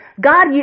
God